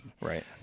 Right